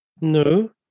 No